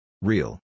Real